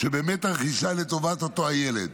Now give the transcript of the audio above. שבאמת הרכישה היא לטובת אותו ילד.